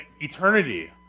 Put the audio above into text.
eternity